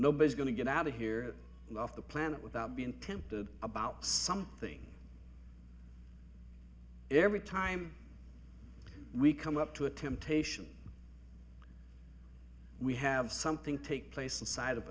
nobody's going to get out of here and off the planet without being tempted about something every time we come up to a temptation we have something take place inside of